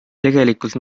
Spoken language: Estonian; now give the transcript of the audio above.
tegelikult